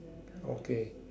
okay